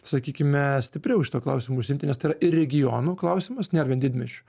sakykime stipriau šituo klausimu užsiimti nes tai yra ir regionų klausimas nėr vien didmiesčių